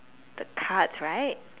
the cards right